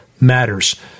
matters